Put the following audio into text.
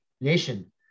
nation